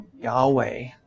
Yahweh